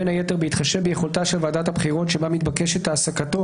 בין היתר בהתחשב ביכולתה של ועדת הבחירות שבה מתבקשת העסקתו